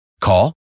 Call